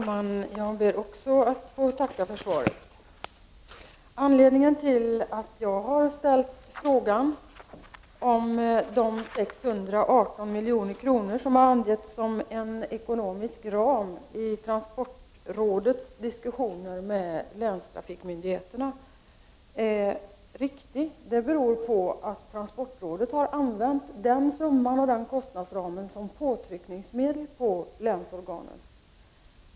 Herr talman! Även jag ber att få tacka för svaret. Anledningen till att jag har ställt frågan om de 618 milj.kr. som har angi vits som en ekonomisk ram i transportrådets diskussioner med länstrafikmyndigheterna är korrekta är att transportrådet har använt den summan och kostnadsramen som påtryckningsmedel på länsorganen.